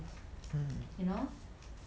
mm